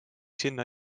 sinna